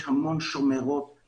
יש המון שומרות,